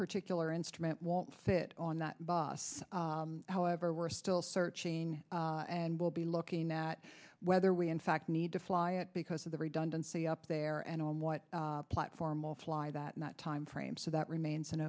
particular instrument won't fit on that bus however we're still searching and will be looking at whether we in fact need to fly it because of the redundancy up there and on what platform will fly that not time frame so that remains an